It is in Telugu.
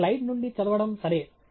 స్లయిడ్ నుండి చదవడం సరే